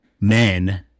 men